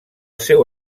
seu